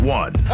one